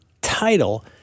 title